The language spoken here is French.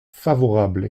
favorable